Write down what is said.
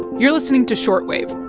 you're listening to short wave